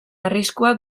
arriskua